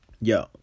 Yo